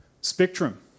spectrum